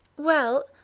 well,